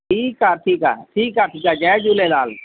ठीकु आहे ठीकु आहे ठीकु आहे ठीकु आहे जय झूलेलाल